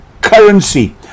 currency